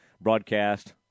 broadcast